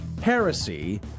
heresy